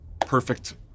perfect